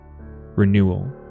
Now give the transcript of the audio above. renewal